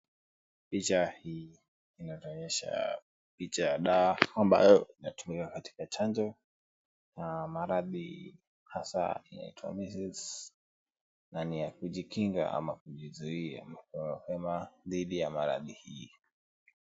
Picha hii inatuonyesha picha ya dawa ambayo inatumika katika chanjo, na maradhi hasaa inaitwa measles na ni ya kujikinga ama kujizuia mapema dhidi ya maradhi hii.